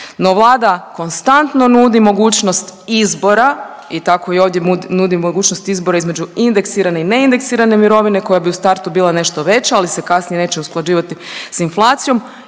No, Vlada konstantno nudi mogućnost izbora i tako i ovdje nudi mogućnost izbora između indeksirane i neindeksirane mirovine koja bi u startu bila nešto veća, ali se kasnije neće usklađivati s inflacijom